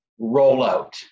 rollout